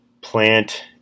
Plant